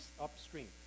upstream